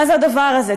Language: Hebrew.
מה זה הדבר הזה?